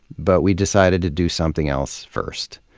but we decided to do something else first.